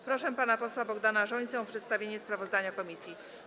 Proszę pana posła Bogdana Rzońcę o przedstawienie sprawozdania komisji.